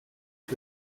and